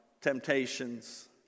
temptations